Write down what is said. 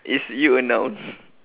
is you a noun